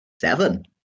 seven